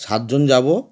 সাতজন যাবো